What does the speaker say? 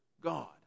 God